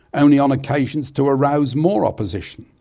only on occasions to arouse more opposition.